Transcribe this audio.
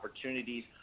opportunities